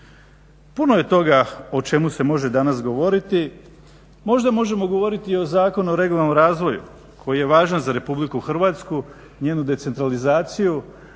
Puno je toga o čemu se može danas govoriti, možda možemo govoriti o Zakonu o regionalnom razvoju koji je važan za RH i njenu decentralizaciju,